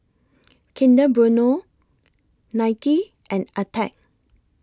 Kinder Bueno Nike and Attack